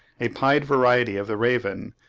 a pied variety of the raven,